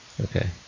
Okay